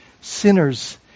sinners